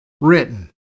written